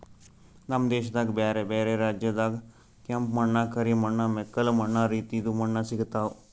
ನಮ್ ದೇಶದಾಗ್ ಬ್ಯಾರೆ ಬ್ಯಾರೆ ರಾಜ್ಯದಾಗ್ ಕೆಂಪ ಮಣ್ಣ, ಕರಿ ಮಣ್ಣ, ಮೆಕ್ಕಲು ಮಣ್ಣ ರೀತಿದು ಮಣ್ಣ ಸಿಗತಾವ್